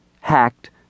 hacked